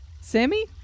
Sammy